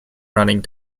running